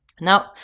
now